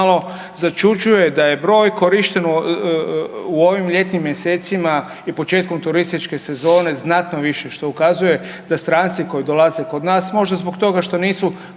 malo začuđuje da je broj korišten u ovim ljetnim mjesecima i početkom turističke sezone znatno više što ukazuje da stranci koji dolaze kod nas možda zbog toga što nisu